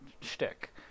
shtick